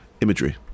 imagery